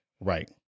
Right